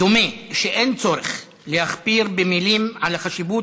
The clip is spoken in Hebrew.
דומה שאין צורך להכביר מילים על החשיבות